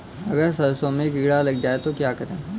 अगर सरसों में कीड़ा लग जाए तो क्या करें?